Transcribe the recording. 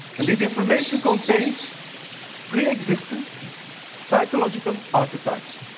and this information contains pre-existent psychological archetypes.